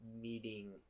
meeting